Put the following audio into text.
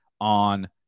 on